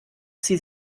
sie